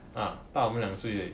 ah 大我们两岁而已